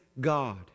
God